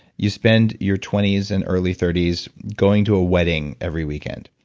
you spend your twenty s and early thirty s going to a wedding every weekend.